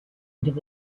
would